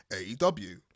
AEW